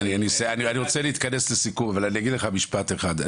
אני רוצה להתכנס לסיכום אבל אני אגיד לך משפט אחד.